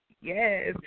yes